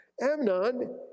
Amnon